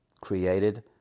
created